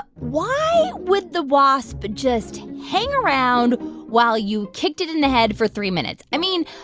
why would the wasp just hang around while you kicked it in the head for three minutes. i mean,